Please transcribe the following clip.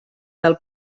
del